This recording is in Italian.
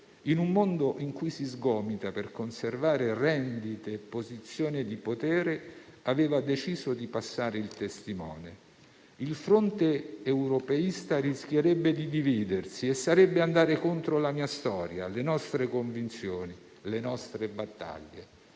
in un mondo in cui si sgomita per conservare rendite e posizioni di potere, aveva deciso di passare il testimone. «Il fronte europeista rischierebbe di dividersi e sarebbe andare contro la mia storia, le nostre convinzioni, le nostre battaglie.